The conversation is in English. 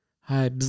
Hi